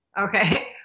okay